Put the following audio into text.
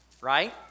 Right